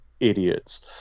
idiots